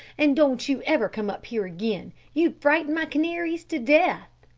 and don't you ever come up here again. you'd frighten my canaries to death.